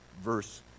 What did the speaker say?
verse